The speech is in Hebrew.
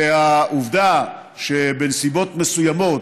העובדה שבנסיבות מסוימות,